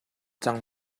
cang